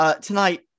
Tonight